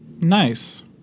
Nice